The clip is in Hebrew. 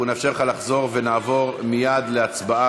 אנחנו נאפשר לך לחזור ונעבור מייד להצבעה